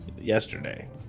yesterday